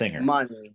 money